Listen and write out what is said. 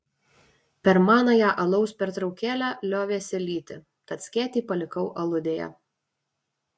per manąją alaus pertraukėlę liovėsi lyti tad skėtį palikau aludėje